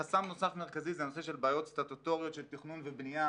חסם נוסף מרכזי זה הנושא של בעיות סטטוטוריות של תכנון ובניה,